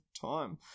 time